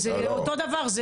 זה אותו דבר.